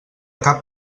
cap